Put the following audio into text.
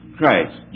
Christ